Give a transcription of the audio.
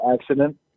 accident